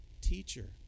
teacher